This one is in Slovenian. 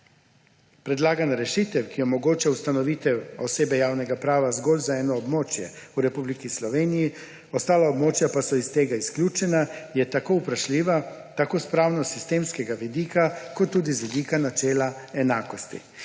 Predlagana rešitev, ki omogoča ustanovitev osebe javnega prava zgolj za eno območje v Republiki Sloveniji, ostala območja pa so iz tega izključena, je tako vprašljiva tako s pravnosistemskega vidika kot tudi z vidika načela enakosti.